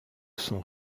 son